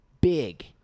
big